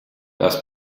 das